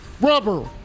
rubber